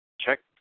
check